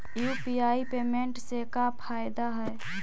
UPI payment से का फायदा है?